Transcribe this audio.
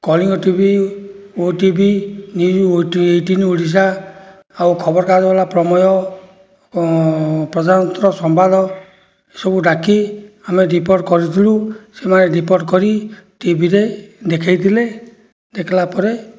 Kalinga TV OTV news eighteen Odisha ଆଉ ଖବର କାଗଜ ବାଲା ପ୍ରମେୟ ପ୍ରଜାତନ୍ତ୍ର ସମ୍ବାଦ ଏସବୁ ଡାକି ଆମେ ରିପୋର୍ଟ କରିଥିଲୁ ସେମାନେ ରିପୋର୍ଟ କରି ଟିଭିରେ ଦେଖାଇଥିଲେ ଦେଖାଇଲା ପରେ